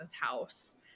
house